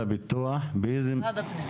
הפיתוח במשרד הפנים.